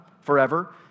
forever